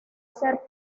ser